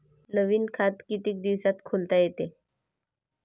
नवीन खात कितीक दिसात खोलता येते?